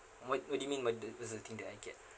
what what do you mean what the is the thing that I get